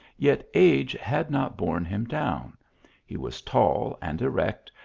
yet age had not borne him down he was tall and erect,